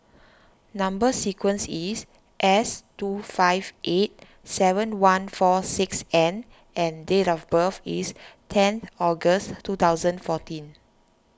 Number Sequence is S two five eight seven one four six N and date of birth is ten August two thousand fourteen